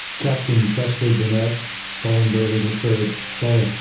captain chesley burnett sullenberger the third. sully,